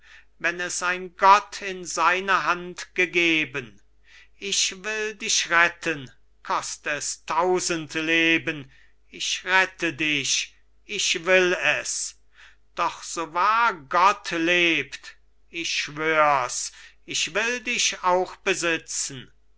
wenn es ein gott in seine hand gegeben ich will dich retten kost es tausend leben ich rette dich ich will es doch so wahr gott lebt ich schwör's ich will dich auch besitzen